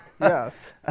Yes